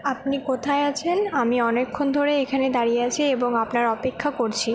আপনি কোথায় আছেন আমি অনেকক্ষণ ধরে এখানে দাঁড়িয়ে আছি এবং আপনার অপেক্ষা করছি